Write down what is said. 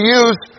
use